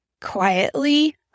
quietly